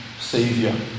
Savior